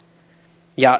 ja